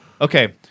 okay